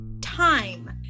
Time